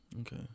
Okay